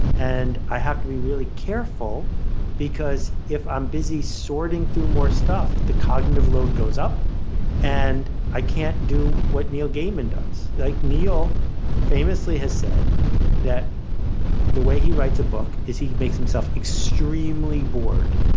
and i have to be really careful because if i'm busy sorting through more stuff, the cognitive load goes up and i can't do what neil gaiman does. like neil famously has said that the way he writes a book is he makes himself extremely bored.